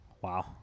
wow